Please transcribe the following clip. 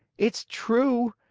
it's true,